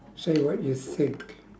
say what you think